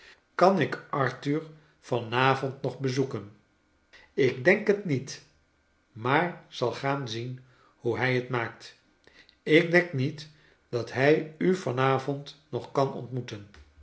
kan ik arthur van avond nog bezoeken ik denk het niet maar zal gaan zien hoe mj t maakt ik denk niet dat hij u van avond nog kan ontvangen